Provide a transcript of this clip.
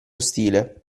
stile